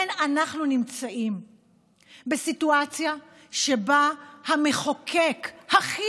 אנחנו נמצאים בסיטואציה שבה המחוקק הכי